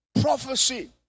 prophecy